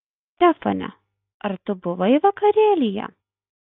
stefane ar tu buvai vakarėlyje